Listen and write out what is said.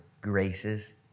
graces